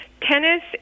tennis